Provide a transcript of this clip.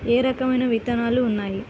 ఏ రకమైన విత్తనాలు ఉన్నాయి?